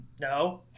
No